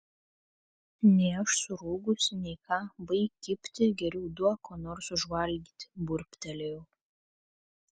nei aš surūgusi nei ką baik kibti geriau duok ko nors užvalgyti burbtelėjau